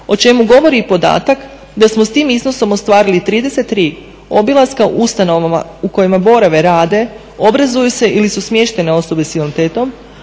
o čemu govori i podatak da smo s tim iznosom ostvarili 33 obilaska ustanova u kojima borave, rade, obrazuju se ili su smještene osobe s invaliditetom,